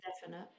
definite